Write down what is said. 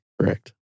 Correct